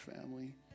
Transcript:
family